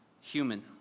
human